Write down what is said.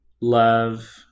Love